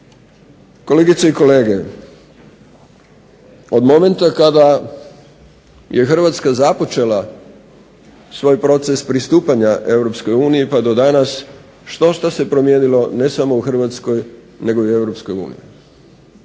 Kolegice i kolege, od momenta kada je Hrvatska započela svoj proces pristupanja EU pa do danas štošta se promijenilo ne samo u Hrvatskoj nego i u EU. Ni